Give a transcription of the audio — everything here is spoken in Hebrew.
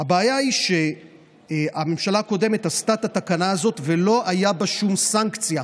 הבעיה היא שהממשלה הקודמת עשתה את התקנה הזאת ולא הייתה בה שום סנקציה.